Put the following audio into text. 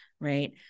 right